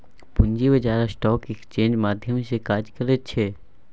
पूंजी बाजार स्टॉक एक्सेन्जक माध्यम सँ काज करैत छै